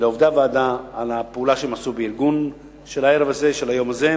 ולעובדי הוועדה על הפעולה שהם עשו בארגון הערב הזה והיום הזה.